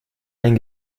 einen